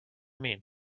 mean